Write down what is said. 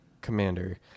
commander